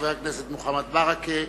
חבר הכנסת מוחמד ברכה,